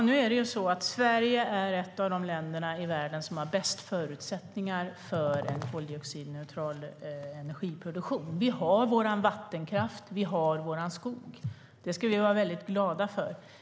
Herr talman! Sverige är ett av de länder i världen som har bäst förutsättningar för en koldioxidneutral energiproduktion. Vi har vår vattenkraft. Vi har vår skog. Det ska vi vara väldigt glada för.